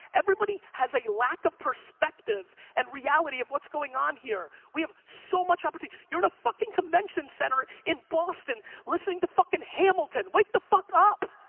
everybody has a lack of perspective and reality of what's going on here. we have so much but opportunity. you're in a fucking convention center, in boston, listening to fucking hamilton. wake the fuck up.